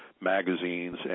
magazines